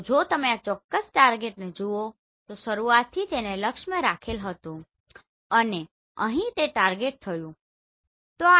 તો જો તમે આ ચોક્કસ ટાર્ગેટને જુઓ તો શરૂઆતથી તેને લક્ષ્યમાં રાખેલ હતું અને અહીં તે ટાર્ગેટ થયું હતું